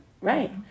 Right